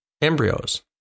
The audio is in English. embryos